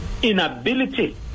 inability